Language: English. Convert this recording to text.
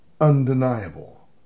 undeniable